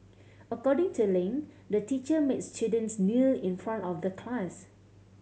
according to Ling the teacher made students kneel in front of the class